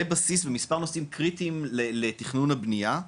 בסיס ומספר נושאים קריטיים לתכנון ובנייה.